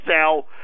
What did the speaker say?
sell